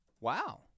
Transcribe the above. Wow